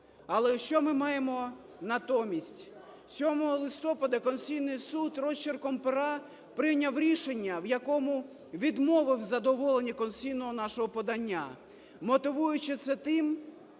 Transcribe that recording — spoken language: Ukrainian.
Але що ми маємо натомість? 7 листопада Конституційний Суд розчерком пера прийняв рішення, в якому відмовив у задоволенні конституційного нашого подання, мотивуючи це тим,